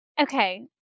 okay